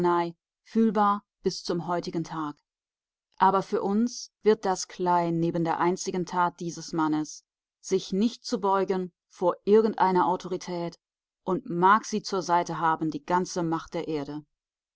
fühlbar bis zum heutigen tag aber für uns wird das klein neben der einzigen tat dieses mannes sich nicht zu beugen vor irgendeiner autorität und mag sie zur seite haben die ganze macht der erde